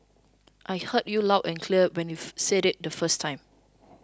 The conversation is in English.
I heard you loud and clear when you said it the first time